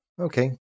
okay